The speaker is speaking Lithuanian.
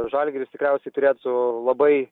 žalgiris tikriausiai turėtų labai